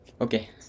okay